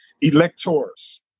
electors